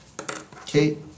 Okay